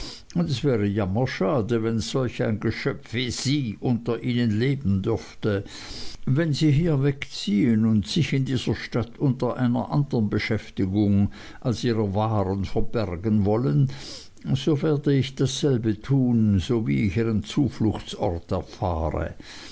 es wäre jammerschade wenn solch ein geschöpf wie sie unter ihnen leben dürfte wenn sie hier wegziehen und sich in dieser stadt unter einer andern beschäftigung als ihrer wahren verbergen wollen so werde ich dasselbe tun sowie ich ihren zufluchtsort erfahre